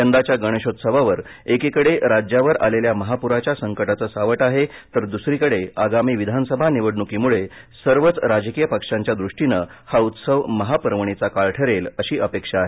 यंदाच्या गणेशोत्सवावर एकीकडे राज्यावर आलेल्या महापुराच्या संकटाचं सावट आहे तर दुसरीकडे आगामी विधानसभा निवडणुकीमुळे सर्वच राजकीय पक्षांच्या दृष्टीनं हा उत्सव महापर्वणीचा काळ ठरेल अशी अपेक्षा आहे